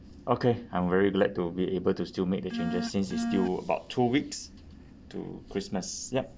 okay I'm very glad to be able to still make the changes since it's still about two weeks to christmas yup